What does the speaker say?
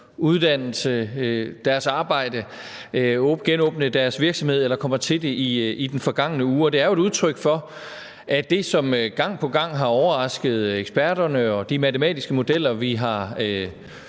uddannelse, deres arbejde, og som har kunnet genåbne deres virksomhed i den forgangne uge eller kommer til det. Det er jo et udtryk for det, som gang på gang har overrasket eksperterne og de matematiske modeller, vi har